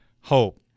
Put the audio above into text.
hope